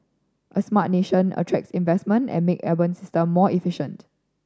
a smart nation attracts investment and make urban system more efficient